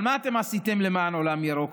אבל מה אתם עשיתם למען עולם ירוק?